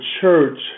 church